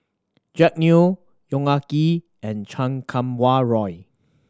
Jack Neo Yong Ah Kee and Chan Kum Wah Roy